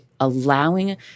allowing